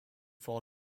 far